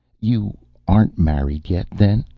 you aren't married yet, then?